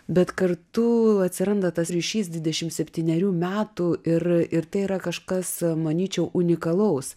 bet kartu atsiranda tas ryšys dvidešimt septynerių metų ir ir tai yra kažkas manyčiau unikalaus